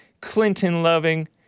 Clinton-loving